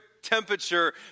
temperature